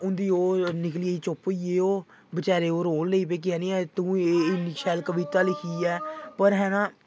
उं'दी ओह् निकलियै चुप्प होइयै ओह् बचैरे ओह् रोन लग्गी पे कि जानी तूं इन्नी शैल कविता लिखी ऐ होर है ना